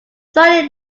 suddenly